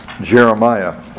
Jeremiah